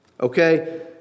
okay